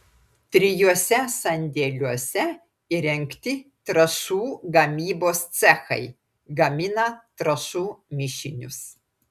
trijuose sandėliuose įrengti trąšų gamybos cechai gamina trąšų mišinius